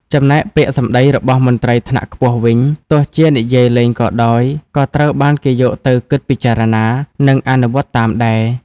ចំណែកពាក្យសម្ដីរបស់មន្ត្រីថ្នាក់ខ្ពស់វិញ ទោះជានិយាយលេងក៏ដោយ ក៏ត្រូវបានគេយកទៅគិតពិចារណា និងអនុវត្តតាមដែរ។